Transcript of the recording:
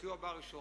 כי הוא בא הראשון.